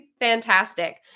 Fantastic